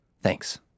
Thanks